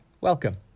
Welcome